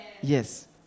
Yes